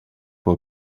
for